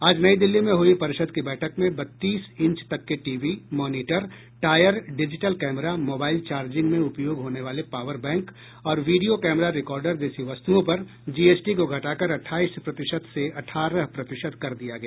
आज नई दिल्ली में हुई परिषद की बैठक में बत्तीस इंच तक के TV monitor tyre digital camera mobile charging में उपयोग होने वाले पावर बैंक और वीडियो कैमरा रिकॉर्डर जैसी वस्तुओं पर जीएसटी को घटा कर अठाईस प्रतिशत से अठारह प्रतिशत कर दिया गया